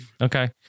Okay